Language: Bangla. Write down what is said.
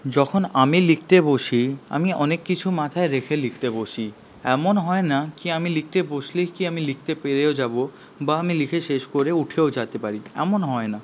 যখন আমি লিখতে বসি আমি অনেক কিছু মাথায় রেখে লিখতে বসি এমন হয় না কি আমি লিখতে বসলেই কি আমি লিখতে পেরেও যাবো বা আমি লিখে শেষ করে উঠেও যেতে পারি এমন হয় না